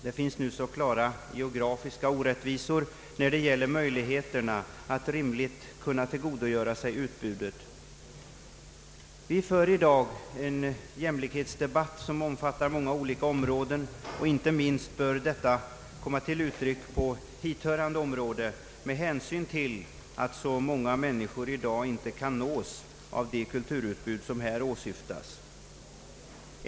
Det finns nu så klara geografiska orättvisor när det gäller möjligheterna att rimligt kunna tillgodogöra sig utbudet. Vi för i dag en jämlikhetsdebatt som omfattar många olika områden. Den borde komma till uttryck inte minst när det gäller teaterverksamheten med hänsyn till att så många människor i dag inte kan nås av det kulturutbud som här åsyftas.